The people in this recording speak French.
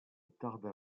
tarda